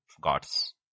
God's